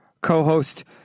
co-host